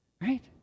right